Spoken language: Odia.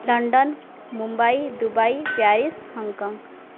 London Mumbai Dubai Paris Hong Kong